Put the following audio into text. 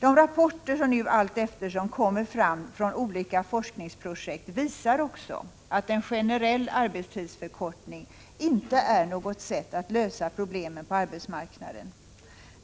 De rapporter som nu allteftersom kommer fram från olika forskningsprojekt visar också att en generell arbetstidsförkortning inte är något sätt att lösa problemen på arbetsmarknaden.